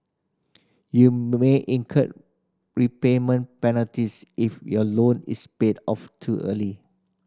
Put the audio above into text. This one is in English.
you may incur repayment penalties if your loan is paid off too early